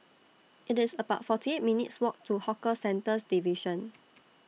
It's about forty eight minutes' Walk to Hawker Centres Division